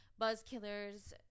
Buzzkillers